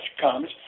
comes